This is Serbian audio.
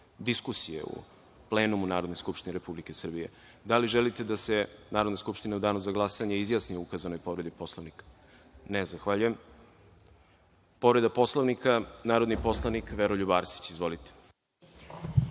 diskusije u plenumu Narodne skupštine Republike Srbije. Da li želite da se Narodna skupština u danu za glasanje izjasni o ukazanoj povredi Poslovnika? (Ne.)Zahvaljujem. Reč ima narodni poslanika Veroljub Arsić, povreda